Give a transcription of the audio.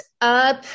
up